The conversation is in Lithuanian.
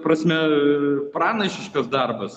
prasme pranašiškas darbas